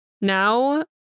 now